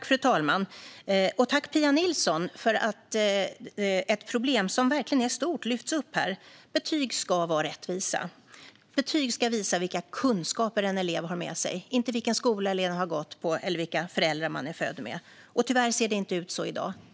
Fru talman! Tack, Pia Nilsson, för att ett problem som verkligen är stort lyfts upp här. Betyg ska vara rättvisa. Betyg ska visa vilka kunskaper en elev har med sig, inte vilken skola eleven har gått på eller vilka föräldrar man är född med. Tyvärr ser det inte ut så i dag.